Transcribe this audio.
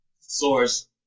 source